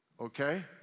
okay